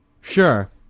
Sure